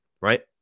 right